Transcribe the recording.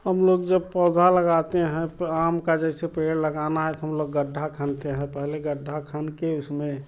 हम लोग जब पौधा लगाते हैं तो आम का जैसे पेड़ लगाना है तो हम लोग गड्ढा खनते है पहले गढ्ढा खनके उसमें